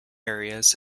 areas